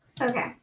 Okay